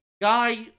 guy